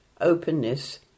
openness